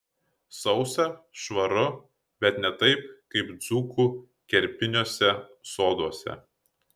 sausa švaru bet ne taip kaip dzūkų kerpiniuose soduose